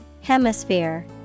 Hemisphere